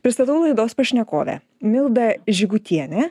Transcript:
pristatau laidos pašnekovę milda žygutienę